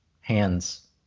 hands